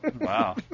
Wow